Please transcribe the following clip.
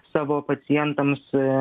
savo pacientams